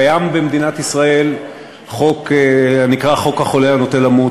קיים במדינת ישראל חוק הנקרא חוק החולה הנוטה למות.